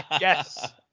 yes